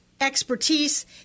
expertise